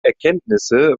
erkenntnisse